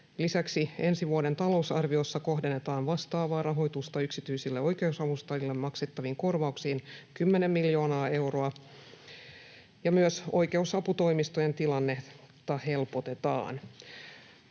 Lisäksi ensi vuoden talousarviossa kohdennetaan vastaavaa rahoitusta yksityisille oikeusavustajille maksettaviin korvauksiin 10 miljoonaa euroa ja myös oikeusaputoimistojen tilannetta helpotetaan.